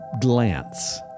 glance